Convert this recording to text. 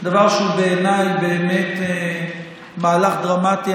דבר שבעיניי הוא באמת מהלך דרמטי.